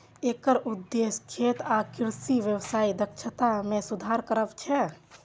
एकर उद्देश्य खेत आ कृषि व्यवसायक दक्षता मे सुधार करब छै